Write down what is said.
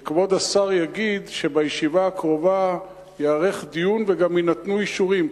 אם כבוד השר יגיד שבישיבה הקרובה ייערך דיון וגם יינתנו אישורים,